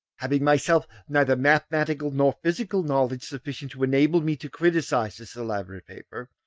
having myself neither mathematical nor physical knowledge sufficient to enable me to criticise this elaborate paper,